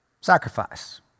Sacrifice